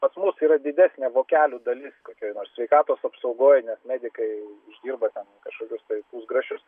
pas mus yra didesnė vokelių dalis kokioj sveikatos apsaugoj nes medikai dirba ten kažkokius tai pusgrašius